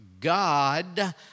God